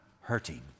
hurting